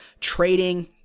Trading